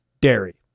Dairy